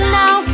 now